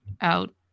out